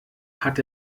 hat